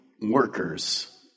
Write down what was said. workers